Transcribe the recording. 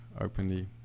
openly